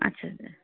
আচ্ছা আচ্ছা